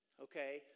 Okay